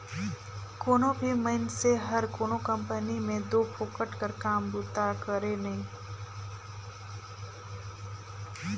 कोनो भी मइनसे हर कोनो कंपनी में दो फोकट कर काम बूता करे नई